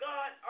God